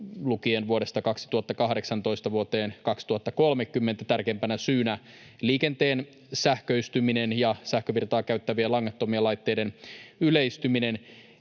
lukien vuodesta 2018 vuoteen 2030, tärkeimpänä syynä liikenteen sähköistyminen ja sähkövirtaa käyttävien langattomien laitteiden yleistyminen.